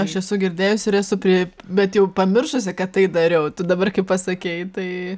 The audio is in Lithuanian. aš esu girdėjusi ir esu prie bet jau pamiršusi kad tai dariau tu dabar kai pasakei tai